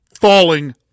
falling